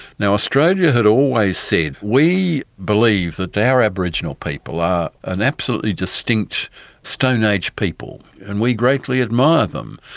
now australia had always said, we believe that our aboriginal people are an absolutely distinct stone age people, and we greatly admire them.